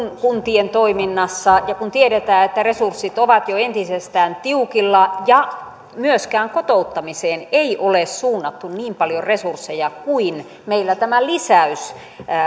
kuntien toiminnassa ja tiedetään että resurssit ovat jo entisestään tiukilla ja myöskään kotouttamiseen ei ole suunnattu niin paljon resursseja kuin mitä meillä on tämä lisäys